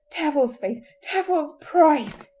devil's faith! devil's price